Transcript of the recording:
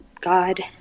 God